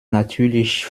natürlich